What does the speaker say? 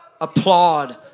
applaud